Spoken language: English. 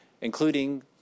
including